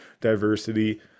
diversity